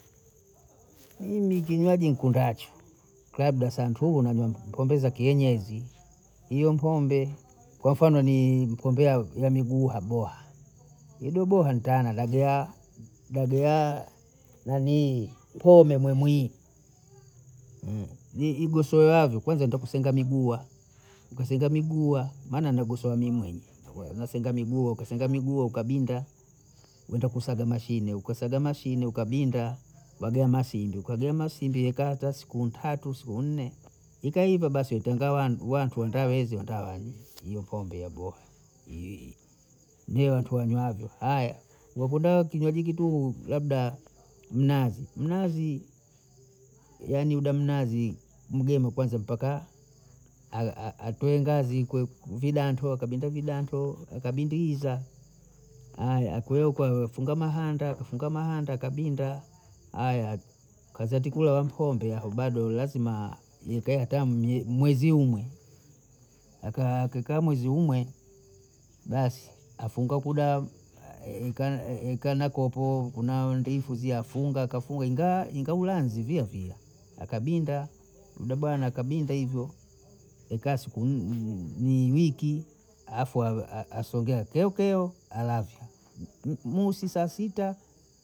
kinywaji nikundacho, klabla santuhu na pombe za kienyeji, iyo mpombe, kwa fano ni pombe ya ya miguha boha, yebo boha ntaana lajaa, dagoaa naninii pome mwe mwii, ni igosoweavyo, kwanza ntakusenga miguha, nkusenga miguha maana nagosoha mimi mwenye, nasenda miguha ukasenda miguha ukabinda, wenda kusaga mashine huko, wenda kusaga mashine ukabinda, wagaa Masindi, ukagaa Masindi ekaa hata siku ntatu siku nne ikaiva, basi weitenga wanu wantu ambao wezi wata hiyo pombe ya boha, ndio watu wanywavyo, aya wakuda kinywaji kituhu labda mnazi, mnazi yani uda mnazi mgema kwanza mpaka atoe ngazi kwe vidanto akabinda vidanto akabindiiza, aya akwe uku amefunda mahanda, funga mahanda akabinda, aya kazi ati kuya ya mkombe haubadoile lazima ikae hata mwezi umwe, aka akaa mwezi umwe, basi afunga kuda ka na kopo, kunao ndifuzi afunguka akafunga ingawa, ingawa ulanzi via via, akabinda babao na kabinda hivyo, eka siku wiki, afu asogea peopeo alafyu musi saa sita